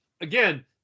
again